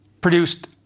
produced